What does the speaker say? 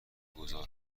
گذار